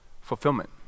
Fulfillment